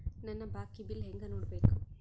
ನನ್ನ ಬಾಕಿ ಬಿಲ್ ಹೆಂಗ ನೋಡ್ಬೇಕು?